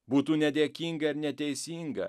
būtų nedėkinga ir neteisinga